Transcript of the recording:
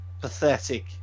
Pathetic